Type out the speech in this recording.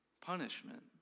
punishment